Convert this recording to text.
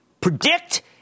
predict